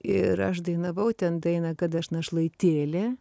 ir aš dainavau ten dainą kad aš našlaitėlė